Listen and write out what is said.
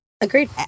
Agreed